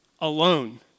Alone